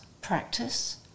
practice